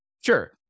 Sure